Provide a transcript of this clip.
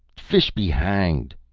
fish be hanged!